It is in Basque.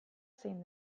zein